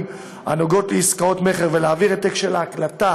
הנוגעות לעסקאות מכר להעביר העתק של ההקלטה